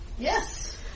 Yes